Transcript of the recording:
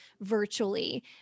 virtually